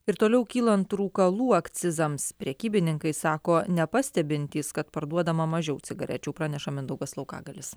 ir toliau kylant rūkalų akcizams prekybininkai sako nepastebintys kad parduodama mažiau cigarečių praneša mindaugas laukagalis